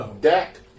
Dak